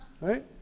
Right